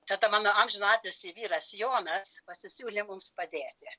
tada mano amžinatilsį vyras jonas pasisiūlė mums padėti